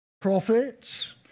prophets